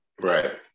right